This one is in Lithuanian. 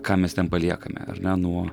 ką mes ten paliekame ar ne nuo